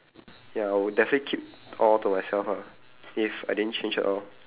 ya I would definitely keep all to myself lah if I didn't change at all